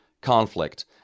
conflict